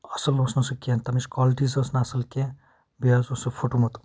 اَصٕل اوس نہٕ سُہ کینٛہہ تَمِچ کالِٹی سا ٲسۍ نہٕ اَصٕل کینٛہہ بیٚیہِ حظ اوس سُہ فُٹمُت